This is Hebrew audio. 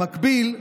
במקביל,